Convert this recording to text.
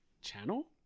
Channel